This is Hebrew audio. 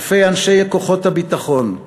אלפי אנשי כוחות הביטחון,